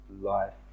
life